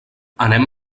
anem